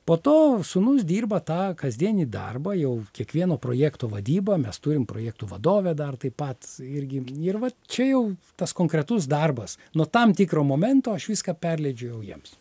po to sūnus dirba tą kasdienį darbą jau kiekvieno projekto vadyba mes turim projektų vadovę dar taip pat irgi ir vat čia jau tas konkretus darbas nuo tam tikro momento aš viską perleidžiu jau jiems